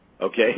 okay